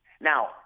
Now